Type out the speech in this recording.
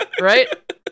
Right